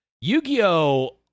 Yu-Gi-Oh